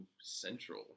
Central